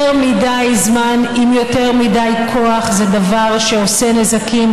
יותר מדי זמן עם יותר מדי כוח זה דבר שעושה נזקים,